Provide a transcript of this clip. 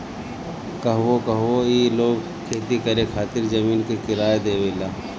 कहवो कहवो ई लोग खेती करे खातिर जमीन के किराया देवेला